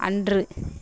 அன்று